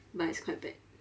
but it's quite bad